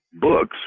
books